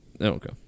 Okay